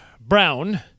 brown